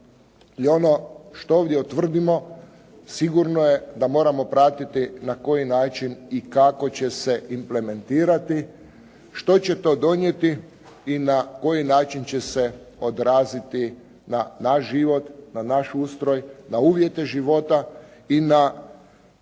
i ono što ovdje utvrdimo sigurno je da moramo pratiti na koji način i kako će se implementirati, što će to donijeti i na koji način će se odraziti na naš život, na naš ustroj, na uvjete života i na